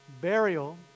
burial